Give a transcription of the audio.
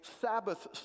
Sabbath